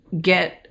get